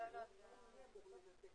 ננעלה בשעה